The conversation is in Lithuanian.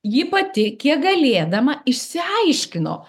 ji pati kiek galėdama išsiaiškino